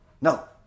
No